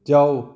ਜਾਓ